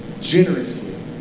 generously